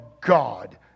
God